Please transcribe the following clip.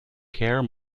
care